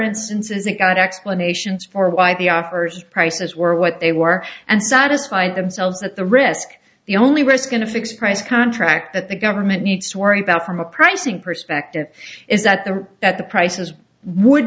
instances it got explanations for why the offers prices were what they were and satisfy themselves at the risk the only risk in a fixed price contract that the government needs to worry about from a pricing perspective is that the that the prices would